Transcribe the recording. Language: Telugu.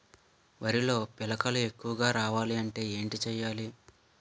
వరిలో పిలకలు ఎక్కువుగా రావాలి అంటే ఏంటి చేయాలి?